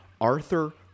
Arthur